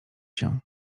się